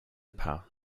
paar